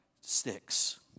sticks